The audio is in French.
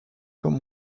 comme